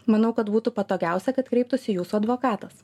manau kad būtų patogiausia kad kreiptųsi jūsų advokatas